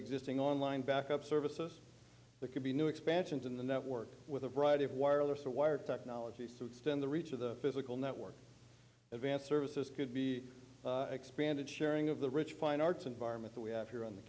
existing online backup services that could be new expansions in the network with a variety of wireless or wired technologies to extend the reach of the physical network advanced services could be expanded sharing of the rich fine arts environment that we have here on the